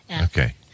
Okay